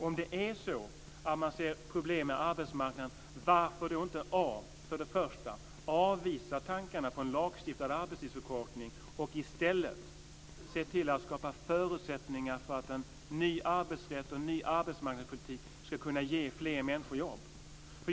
Om det är så att man ser problem med arbetsmarknaden - varför då inte först och främst avvisa tankarna på en lagstiftad arbetstidsförkortning och i stället se till att skapa förutsättningar för att en ny arbetsrätt och en ny arbetsmarknadspolitik skulle kunna ge fler människor jobb?